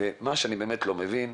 אני באמת לא מבין.